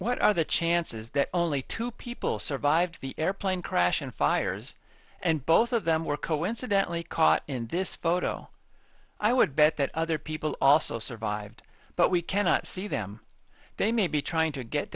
what are the chances that only two people survived the airplane crash and fires and both of them were coincidentally caught in this photo i would bet that other people also survived but we cannot see them they may be trying to get